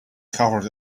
covered